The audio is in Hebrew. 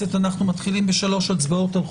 הישיבה ננעלה בשעה 13:45.